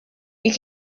you